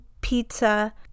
pizza